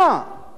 מה הוא חושב,